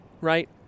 right